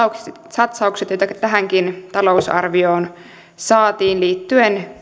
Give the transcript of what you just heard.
liikennesatsaukset joita tähänkin talousarvioon saatiin liittyen